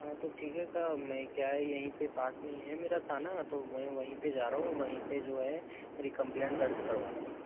हाँ तो ठीक है साहब मैं क्या है यहीं पे पास में ही है मेरा थाना तो मैं वहीं पे जा रहा हूँ वहीं पे जो है रीकंप्लेंट दर्ज करवा रहा हूँ